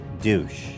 Douche